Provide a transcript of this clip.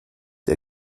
der